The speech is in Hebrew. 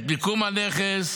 את מיקום הנכס,